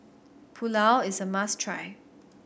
pulao is a must try